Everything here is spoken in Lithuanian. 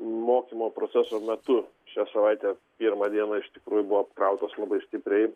mokymo proceso metu šią savaitę pirmą dieną iš tikrųjų buvo apkrautos labai stipriai